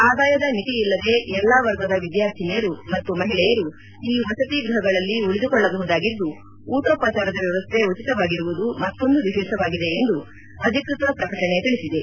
ಆದಾಯದ ಮಿತಿ ಇಲ್ಲದೆ ಎಲ್ಲಾ ವರ್ಗದ ವಿದ್ವಾರ್ಥಿನಿಯರು ಮತ್ತು ಮಹಿಳೆಯರು ಈ ವಸತಿ ಗೃಹಗಳಲ್ಲಿ ಉಳಿದುಕೊಳ್ಳಬಹುದಾಗಿದ್ದು ಊಟೋಪಾಚಾರದ ವ್ಯವಸ್ನೆ ಉಚಿತವಾಗಿರುವುದು ಮತ್ತೊಂದು ವಿಶೇಷವಾಗಿದೆ ಎಂದು ಅಧಿಕೃತ ಪ್ರಕಟಣೆ ತಿಳಿಸಿದೆ